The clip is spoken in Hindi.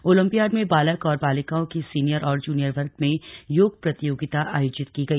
ओलम्पियाड में बालक और बालिकाओं के सीनियर और जूनियर वर्ग में योग प्रतियोगिता आयोजित की गई